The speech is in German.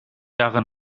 jahre